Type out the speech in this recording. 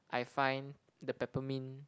I find the peppermint